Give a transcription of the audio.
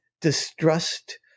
distrust